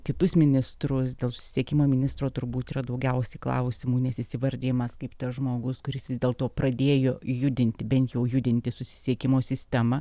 kitus ministrus dėl susisiekimo ministro turbūt yra daugiausiai klausimų nes jis įvardijamas kaip tas žmogus kuris vis dėlto pradėjo judinti bent jau judinti susisiekimo sistemą